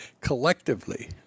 Collectively